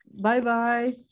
Bye-bye